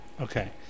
Okay